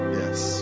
yes